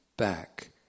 back